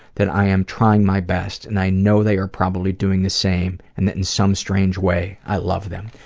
that i am trying my best, and i know they are probably doing the same and that in some strange way, i love them.